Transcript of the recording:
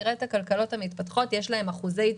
שיעורי הצמיחה של הכלכלות המתפתחות הרבה